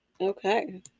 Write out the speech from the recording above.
Okay